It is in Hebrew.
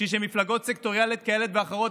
בשביל שמפלגות סקטוריאליות כאלה ואחרות